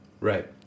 Right